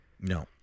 No